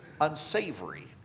unsavory